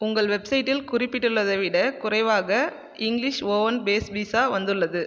உங்கள் வெப்சைட்டில் குறிப்பிட்டுள்ளதை விட குறைவாக இங்கிலீஷ் ஓவன் பேஸ் பீட்ஸா வந்துள்ளது